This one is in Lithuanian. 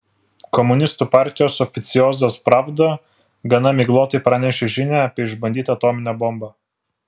komunistų partijos oficiozas pravda gana miglotai pranešė žinią apie išbandytą atominę bombą